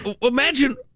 Imagine